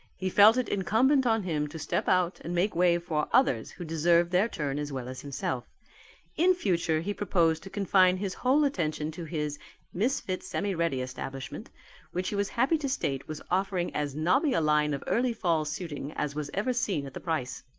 he felt it incumbent on him to step out and make way for others who deserved their turn as well as himself in future he proposed to confine his whole attention to his misfit semi-ready establishment which he was happy to state was offering as nobby a line of early fall suiting as was ever seen at the price.